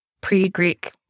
pre-Greek